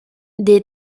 des